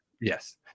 Yes